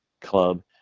club